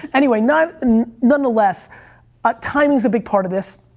anyway, non um non the less, ah timing's a big part of this.